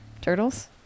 Turtles